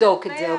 נבדוק את זה.